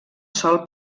sol